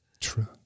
True